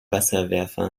wasserwerfer